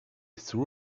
threw